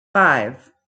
five